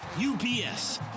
UPS